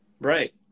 right